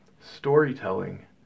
storytelling